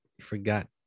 forgot